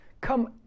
Come